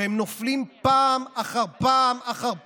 והם נופלים פעם אחר פעם אחר פעם,